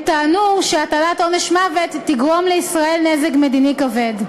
הם טענו שהטלת עונש מוות תגרום לישראל נזק מדיני כבד,